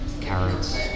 carrots